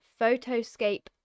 Photoscape